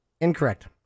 Incorrect